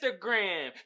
Instagram